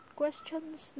questions